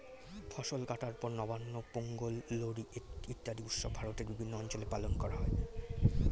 ফসল কাটার পর নবান্ন, পোঙ্গল, লোরী ইত্যাদি উৎসব ভারতের বিভিন্ন অঞ্চলে পালন করা হয়